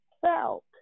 felt